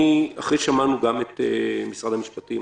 אחרי ששמענו גם את משרד המשפטים,